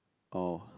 oh